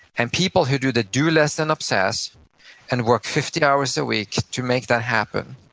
and people who do the do less, then obsess and work fifty hours a week to make that happen,